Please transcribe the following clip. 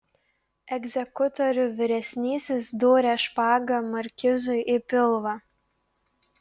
egzekutorių vyresnysis dūrė špaga markizui į pilvą